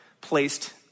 placed